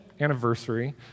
anniversary